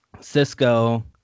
Cisco